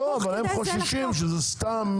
הם חוששים שזה סתם.